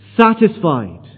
satisfied